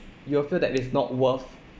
you will feel that it's not worth